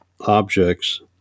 objects